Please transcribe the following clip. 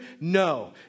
No